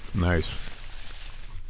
Nice